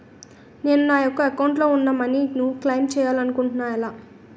నేను నా యెక్క అకౌంట్ లో ఉన్న మనీ ను క్లైమ్ చేయాలనుకుంటున్నా ఎలా?